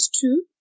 two